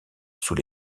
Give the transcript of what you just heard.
sous